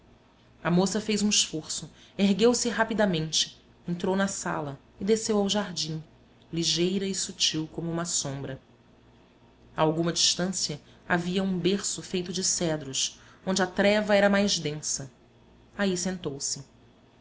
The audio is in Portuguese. a moça fez um esforço ergueu-se rapidamente entrou na sala e desceu ao jardim ligeira e sutil como uma sombra a alguma distância havia um berço feito de cedros onde a treva era mais densa aí sentou-se